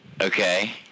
Okay